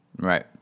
Right